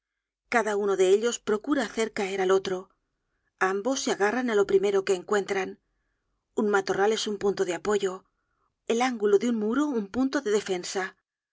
cada uno de ellos procura hacer caer al otro ambos se agarran á lo primero que encuentran un matorral es un punto de apoyo el ángulo de un muro un punto de defensa